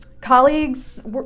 Colleagues